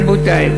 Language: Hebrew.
רבותי,